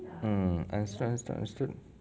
mm understood understood understood